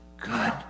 good